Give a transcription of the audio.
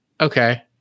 okay